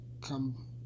come